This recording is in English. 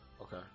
Okay